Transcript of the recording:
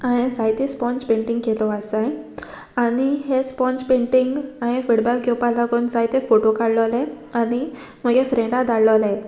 हांवें जायते sponge painting केलो आसाय आनी हे स्पोंज पेंटींग हांयें फुडबॅक घेवपाक लागून जायते फोटो काडलोले आनी म्हुगे फ्रेंडा धाडलोले